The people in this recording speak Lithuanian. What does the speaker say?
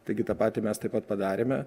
taigi tą patį mes taip pat padarėme